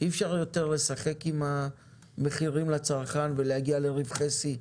שאי אפשר יותר לשחק עם המחירים לצרכן ולהגיע לרווחי שיא.